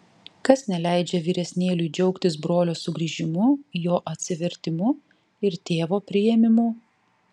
kas neleidžia vyresnėliui džiaugtis brolio sugrįžimu jo atsivertimu ir tėvo priėmimu